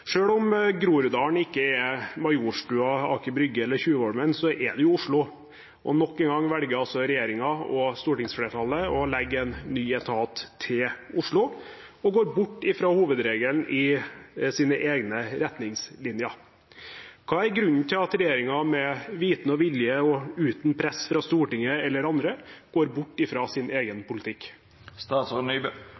om Groruddalen ikke er Majorstuen, Aker brygge eller Tjuvholmen, er det jo Oslo. Nok en gang velger altså regjeringen, og stortingsflertallet, å legge en ny etat til Oslo – og går bort fra hovedregelen i sine egne retningslinjer. Hva er grunnen til at regjeringen med viten og vilje og uten press fra Stortinget eller andre går bort fra sin egen